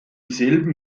selben